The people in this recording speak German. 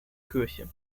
kirche